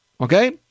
Okay